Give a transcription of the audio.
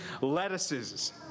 lettuces